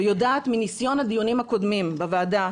אני יודעת מניסיון הדיונים הקודמים בוועדה,